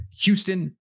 Houston